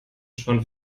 schon